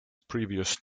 previous